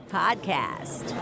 podcast